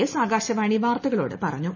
S Akashvani വാർത്തുകളോട് പറഞ്ഞു